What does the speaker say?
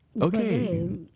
Okay